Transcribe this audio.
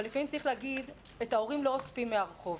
אבל לפעמים צריך להגיד: את ההורים לא אוספים מהרחוב.